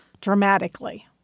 dramatically